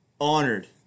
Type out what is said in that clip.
honored